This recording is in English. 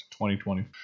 2020